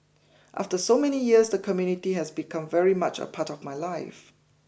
after so many years the community has become very much a part of my life